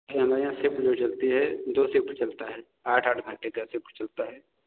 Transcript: हमारे यहाँ शिफ्ट दो चलती है दो शिफ्ट चलता है आठ आठ घंटे का शिफ्ट चलता है